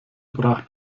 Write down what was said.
brach